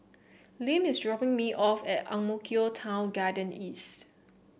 Lim is dropping me off at Ang Mo Kio Town Garden East